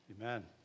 Amen